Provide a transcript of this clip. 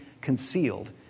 concealed